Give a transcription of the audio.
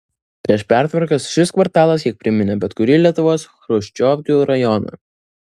prieš pertvarkas šis kvartalas kiek priminė bet kurį lietuvos chruščiovkių rajoną